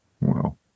Wow